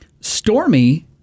Stormy